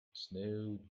snowed